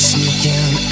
Sneaking